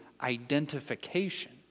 identification